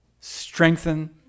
strengthen